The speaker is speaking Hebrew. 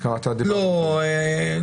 לא,